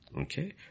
Okay